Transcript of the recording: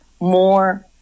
more